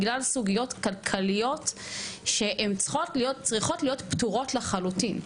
בגלל סוגיות כלכליות שהן צריכות להיות פתורות לחלוטין.